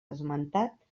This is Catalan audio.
esmentat